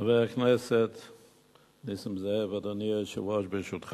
חבר הכנסת נסים זאב, אדוני היושב-ראש,